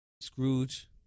Scrooge